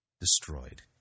destroyed